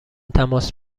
تماس